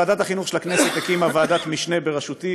ועדת החינוך של הכנסת הקימה ועדת משנה בראשותי